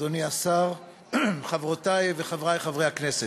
אדוני השר, חברותי וחברי חברי הכנסת,